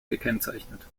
gekennzeichnet